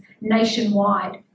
nationwide